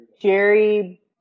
Jerry